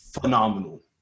phenomenal